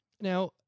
Now